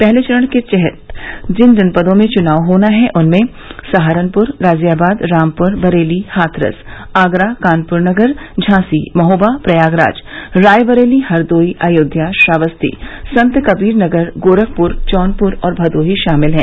पहले चरण के तहत जिन जनपदों में चुनाव होना है जिनमें सहारनपुर गाजियाबाद रामपुर बरेली हाथरस आगरा कानपुर नगर झांसी महोबा प्रयागराज रायबरेली हरदोई अयोध्या श्रावस्ती संतकबीरनगर गोरखपुर जौनपुर और भदोही शामिल है